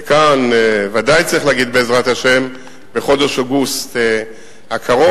וכאן ודאי שצריך להגיד "בעזרת השם" בחודש אוגוסט הקרוב,